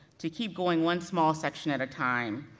to keep going one small section at a time,